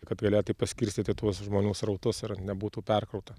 kad galėtai paskirstyti tuos žmonių srautus ir nebūtų perkrauta